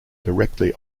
directly